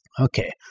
Okay